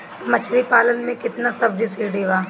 मछली पालन मे केतना सबसिडी बा?